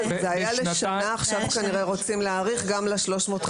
זה היה לשנה ועכשיו כנראה רוצים להאריך גם ל-350.